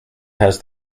has